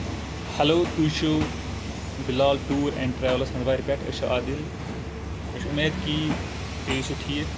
hello تُہۍ چھو Bilal tour and travels ہندوارِ پٮ۪ٹھ أسۍ چھِ عادل مےٚ چھِ اُمید کی تُہۍ چھِو ٲسِو ٹھیٖک